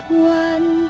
one